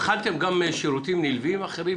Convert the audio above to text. בחנתם גם שירותים נלווים אחרים,